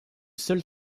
seul